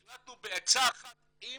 החלטנו בעצה אחת עם